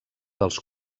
dels